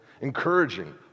encouraging